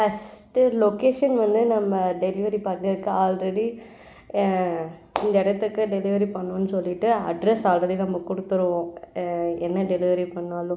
first location வந்து நம்ம delivery பண்ணுறதுக்கு ஆல்ரெடி இந்த இடத்துக்கு டெலிவரி பண்ணுன்னு சொல்லிவிட்டு அட்ரெஸ் ஆல்ரெடி நம்ம கொடுத்துருவோம் என்ன டெலிவரி பண்ணாலும்